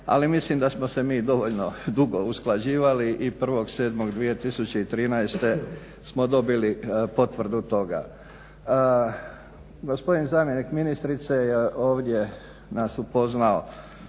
ali mislim da smo se mi dovoljno dugo usklađivali i 1.7.2013. smo dobili potvrdu toga. Gospodin zamjenik ministrice je ovdje nas upoznao